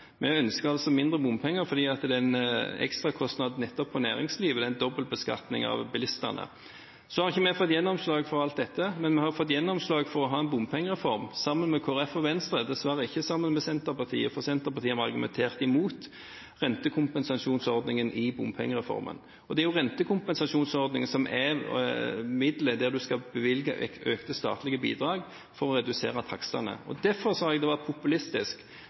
Vi ønsker altså mindre bompenger fordi det er en ekstrakostnad nettopp for næringslivet, det er en dobbeltbeskatning av bilistene. Vi har ikke fått gjennomslag for alt dette, men vi har fått gjennomslag for å ha en bompengereform sammen med Kristelig Folkeparti og Venstre – dessverre ikke sammen med Senterpartiet, for Senterpartiet har argumentert mot rentekompensasjonsordningen i bompengereformen. Det er jo rentekompensasjonsordningen som er middelet der man skal bevilge økte statlige bidrag for å redusere takstene. Derfor sa jeg det var populistisk